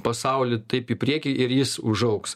pasaulį taip į priekį ir jis užaugs